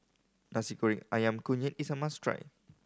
Nasi Goreng Ayam Kunyit is a must try